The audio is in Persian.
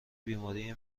بیماری